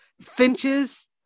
finches